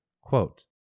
Quote